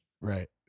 Right